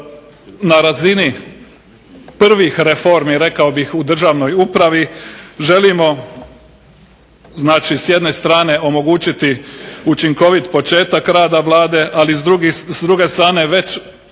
na razini prvih reformi, rekao bih u državnoj upravi želimo znači s jedne strane omogućiti učinkovit početak rada Vlade, ali s druge strane već